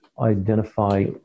identify